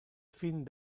fin